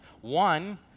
One